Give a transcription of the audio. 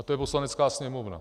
A to je Poslanecká sněmovna.